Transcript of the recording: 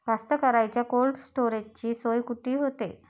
कास्तकाराइच्या कोल्ड स्टोरेजची सोय कुटी होते?